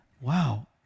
wow